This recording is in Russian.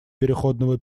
переходного